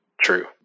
True